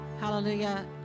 Hallelujah